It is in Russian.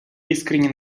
искренне